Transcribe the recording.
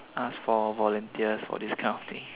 ask for volunteers for this kind of things